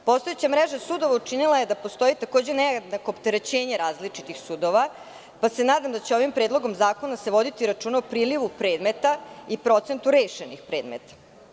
Postojeća mreža sudova učinila je da postoji, takođe, nejednako opterećenje različitih sudova, pa se nadam da će ovim predlogom zakona se voditi računa o prilivu predmeta i procentu rešenih predmeta.